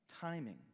timing